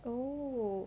oh